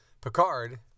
Picard